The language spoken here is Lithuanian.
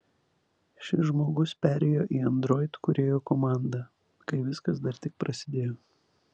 šis žmogus perėjo į android kūrėjų komandą kai viskas dar tik prasidėjo